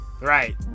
Right